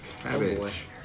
cabbage